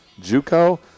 juco